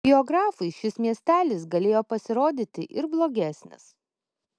biografui šis miestelis galėjo pasirodyti ir blogesnis